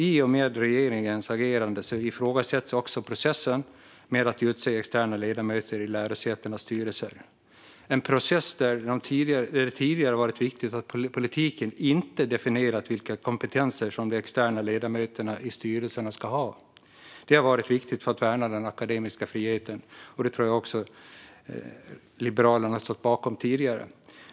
I och med regeringens agerande ifrågasätts också processen med att utse externa ledamöter i lärosätenas styrelser. Vi ser en process där det tidigare har varit viktigt att politiken inte skulle definiera vilka kompetenser som de externa ledamöterna i styrelserna ska ha. Det har varit viktigt för att värna den akademiska friheten, och det tror jag att också Liberalerna har stått bakom.